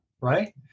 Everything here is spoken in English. right